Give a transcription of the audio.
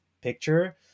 picture